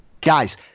Guys